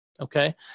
okay